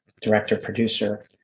director-producer